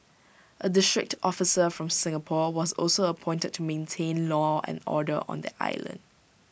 A district officer from Singapore was also appointed to maintain law and order on the island